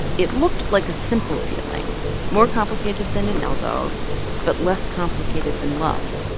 it looked like a simple feeling more complicated than an elbow but less complicated than love.